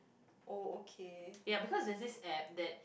oh okay